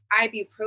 ibuprofen